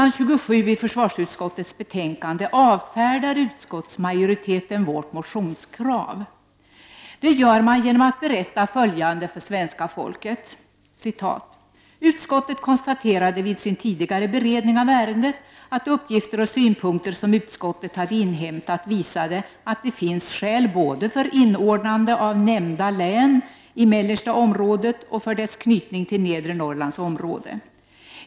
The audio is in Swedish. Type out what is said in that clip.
På s. 27 i det aktuella betänkandet från försvarsutskottet avfärdar utskottsmajoriteten vårt motionskrav. Det gör man genom att berätta följande för svenska folket: ”Utskottet konstaterade vid sin tidigare beredning av ärendet att uppgifter och synpunkter som utskottet hade inhämtat visade att det finns skäl både för inordnande av nämnda län i Mellersta området och för dess knytning till Nedre Norrlands område.